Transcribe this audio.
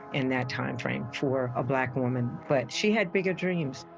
in that timeframe for a black woman, but she had bigger dreams.